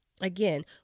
Again